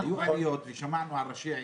היו עיריות, ושמענו על ראשי עיריות,